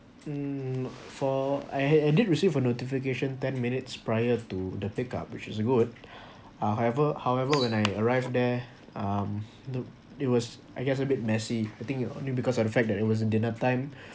mm for I I did receive for notification ten minutes prior to the pick up which is good uh however however when I arrived there um the it was I guess a bit messy I think you only because in fact that it wasn't dinner time